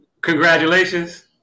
Congratulations